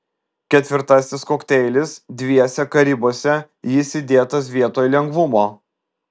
ketvirtasis kokteilis dviese karibuose jis įdėtas vietoj lengvumo